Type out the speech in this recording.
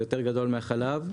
זה יותר גדול מהחלב,